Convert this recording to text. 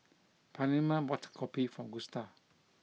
Pamela bought kopi for Gusta